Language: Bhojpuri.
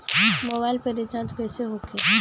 मोबाइल पर रिचार्ज कैसे होखी?